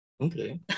Okay